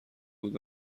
بود